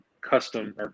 Custom